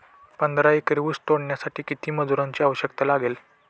पंधरा एकर ऊस तोडण्यासाठी किती मजुरांची आवश्यकता लागेल?